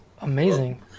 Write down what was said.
amazing